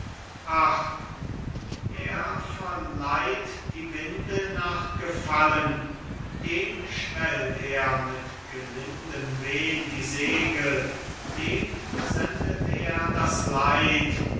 er verleiht die winde nach gefallen dem schwellt er mit gelindem wind die segel dem sendet er das leid